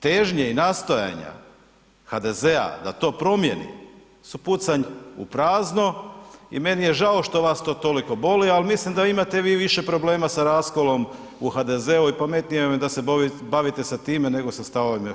Težnje i nastojanja HDZ-a da to promjeni su pucanj u prazno i meni je žao što vas to toliko boli, ali mislim da imate vi više problema sa raskolom u HDZ-u i pametnije vam je da se bavite sa time nego sa stavovima HSS-a.